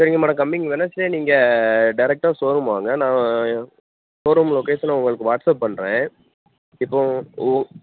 சரிங்க madam coming Wednesday நீங்கள் டேரெக்டாக ஷோரூம் வாங்க நான் ஷோரூம் லொக்கேஷனை உங்களுக்கு வாட்சப் பண்ணுறேன் இப்போது ஓ